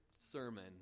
sermon